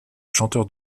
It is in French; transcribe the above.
chanteur